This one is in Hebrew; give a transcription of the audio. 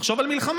תחשוב על מלחמה,